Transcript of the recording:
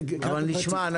אנחנו נשמע.